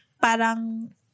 Parang